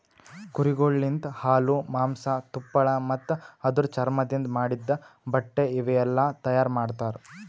ಕುರಿಗೊಳ್ ಲಿಂತ ಹಾಲು, ಮಾಂಸ, ತುಪ್ಪಳ ಮತ್ತ ಅದುರ್ ಚರ್ಮದಿಂದ್ ಮಾಡಿದ್ದ ಬಟ್ಟೆ ಇವುಯೆಲ್ಲ ತೈಯಾರ್ ಮಾಡ್ತರ